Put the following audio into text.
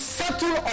settle